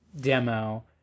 demo